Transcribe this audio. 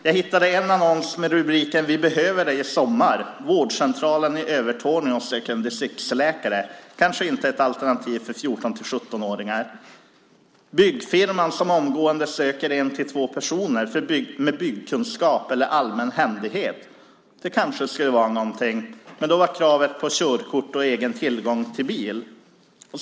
Jag hittade en annons där det stod: Vi behöver dig i sommar. Vårdcentralen i Övertorneå söker en distriktsläkare. Men det är kanske inte ett alternativ för 14-17-åringar. Byggfirman som omgående behöver en eller två personer med byggkunskap eller allmän händighet kunde kanske vara någonting. Men då är kravet att man har körkort och tillgång till egen bil.